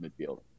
midfield